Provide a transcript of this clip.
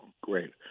Great